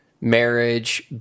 marriage